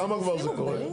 כמה כבר זה קורה?